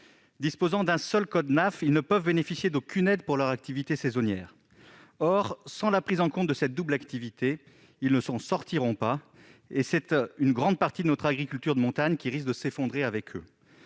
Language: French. Disposant d'un seul code NAF, ils ne peuvent bénéficier d'aucune aide pour leur activité saisonnière. Or, sans la prise en compte de cette double activité, ils ne s'en sortiront pas. C'est donc une grande partie de notre agriculture de montagne qui risque de s'effondrer avec eux.